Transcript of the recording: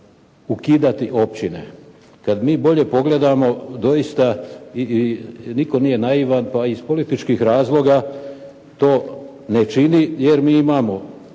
ukidati općine. Kada mi bolje pogledamo doista nitko nije naivan, pa iz političkih razloga to ne čini, jer mi imamo